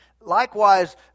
Likewise